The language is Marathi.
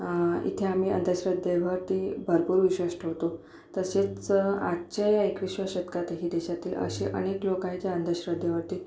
इथे आम्ही अंधश्रद्धेवरती भरपूर रिसर्च करतो तसेच आजच्या या एकविसाव्या शतकातही देशातील असे अनेक लोकांच्या अंधश्रद्धेवरती